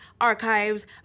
Archives